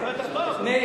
מאיר,